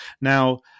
Now